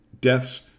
deaths